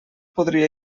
podria